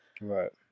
right